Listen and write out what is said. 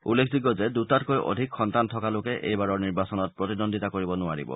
উল্লেখযোগ্য যে দুটাতকৈ অধিক সন্তান থকা লোকে এইবাৰৰ নিৰ্বাচনত প্ৰতিদ্বন্দ্বিতা কৰিব নোৱাৰিব